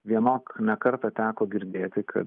vienok ne kartą teko girdėti kad